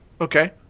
Okay